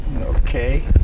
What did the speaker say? Okay